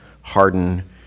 harden